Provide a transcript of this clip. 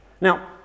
Now